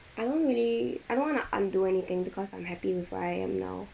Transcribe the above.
I don't really I don't wanna undo anything because I'm happy with who I am now